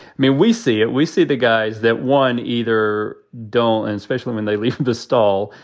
may we see it? we see the guys. that one either don't and especially when they leave the stall,